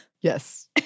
Yes